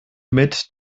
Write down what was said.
mit